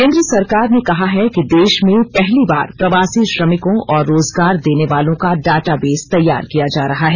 केंद्र सरकार ने कहा है कि देश में पहली बार प्रवासी श्रमिकों और रोजगार देने वालों का डाटाबेस तैयार किया जा रहा है